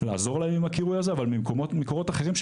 לעזור להם עם הקירוי הזה אבל ממקורות אחרים,